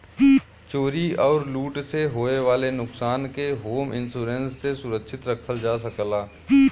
चोरी आउर लूट से होये वाले नुकसान के होम इंश्योरेंस से सुरक्षित रखल जा सकला